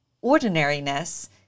ordinariness